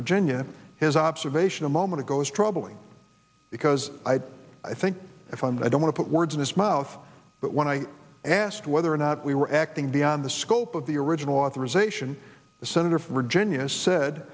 virginia his observation a moment ago is troubling because i i think if i don't put words in his mouth but when i asked whether or not we were acting beyond the scope of the original authorization the senator from virginia said